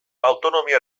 autonomia